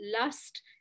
lust